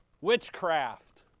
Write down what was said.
Witchcraft